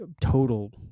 total